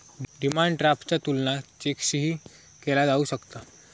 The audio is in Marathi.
डिमांड ड्राफ्टचा तुलना चेकशीही केला जाऊ शकता